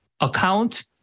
account